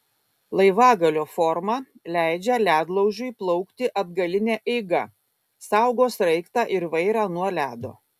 laivagalio forma leidžia ledlaužiui plaukti atgaline eiga saugo sraigtą ir vairą nuo ledo